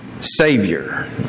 Savior